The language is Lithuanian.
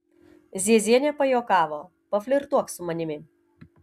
ziezienė pajuokavo paflirtuok su manimi